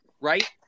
right